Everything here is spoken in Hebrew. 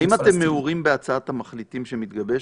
האם אתם מעורים בהצעת המחליטים שמתגבשת?